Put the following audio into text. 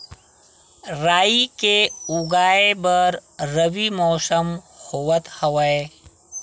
राई के उगाए बर रबी मौसम होवत हवय?